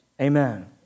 amen